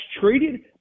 treated